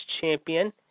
champion